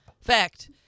Fact